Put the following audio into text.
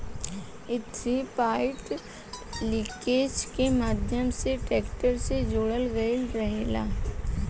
इ three point linkage के माध्यम से ट्रेक्टर से जोड़ल गईल रहेला